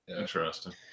Interesting